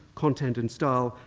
content, and style,